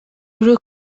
grew